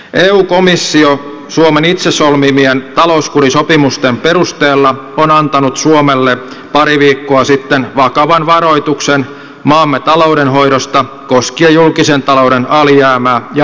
eu komissio suomen itse solmimien talouskurisopimusten perusteella on antanut suomelle pari viikkoa sitten vakavan varoituksen maamme taloudenhoidosta koskien julkisen talouden alijäämää ja velkatasoa